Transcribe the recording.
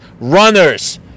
runners